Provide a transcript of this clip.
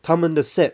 他们的 set